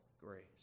grace